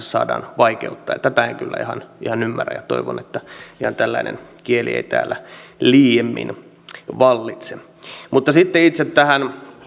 saadaan vaikeuttaa tätä en kyllä ihan ymmärrä ja toivon että ihan tällainen kieli ei täällä liiemmin vallitse mutta sitten itse tähän